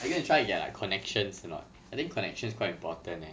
are you gonna try to get like connections or not I think connections quite important leh